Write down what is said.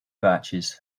batches